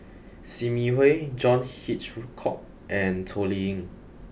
Sim Yi Hui John Hitchcock and Toh Liying